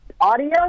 audio